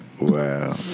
Wow